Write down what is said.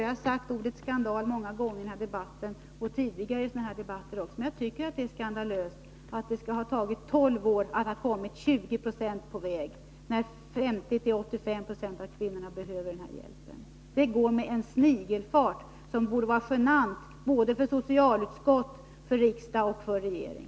Jag har använt ordet skandal många gånger i denna debatt och i tidigare debatter i samma fråga, men jag tycker att det är skandalöst att det har tagit tolv år att komma 20 26 på väg, när 50-85 26 av kvinnorna behöver denna hjälp. Det går med snigelfart, vilket borde vara genant för socialutskott, riksdag och regering.